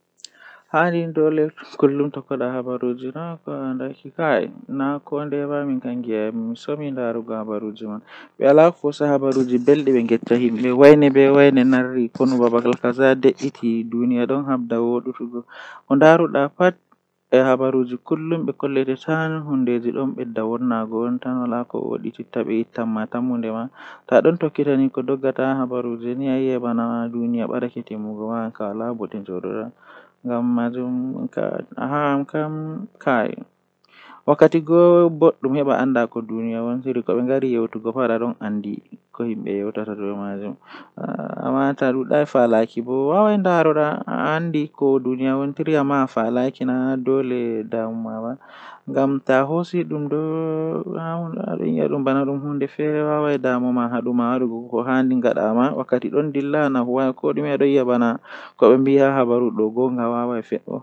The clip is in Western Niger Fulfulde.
Haa dow nyamdu tan asaweere haa wuro amin goddo wawan mbarugo dubu noogas dubu nogas ndei nay nde nay bo nangan dubu cappan e jweetati.